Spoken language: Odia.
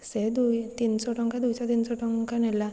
ସେ ଦୁଇ ତିନିଶହ ଟଙ୍କା ଦୁଇଶହ ତିନିଶହ ଟଙ୍କା ନେଲା